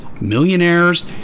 millionaires